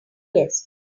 guest